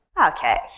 Okay